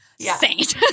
saint